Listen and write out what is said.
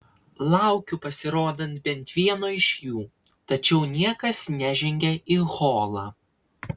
laukiu pasirodant bent vieno iš jų tačiau niekas nežengia į holą